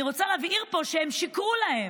אני רוצה להבהיר פה שהם שיקרו להם.